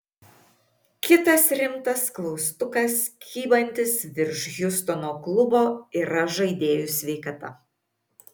kitas rimtas klaustukas kybantis virš hjustono klubo yra žaidėjų sveikata